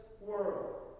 world